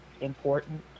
important